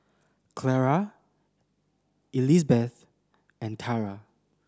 Clara Elizbeth and Tarah